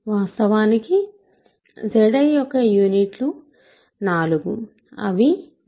వాస్తవానికి Zi యొక్క యూనిట్లు 4 అవి 1 1 i i